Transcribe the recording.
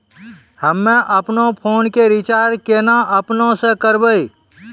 हम्मे आपनौ फोन के रीचार्ज केना आपनौ से करवै?